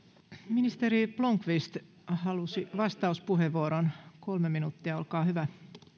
ministeri blomqvist halusi vastauspuheenvuoron kolme minuuttia olkaa hyvä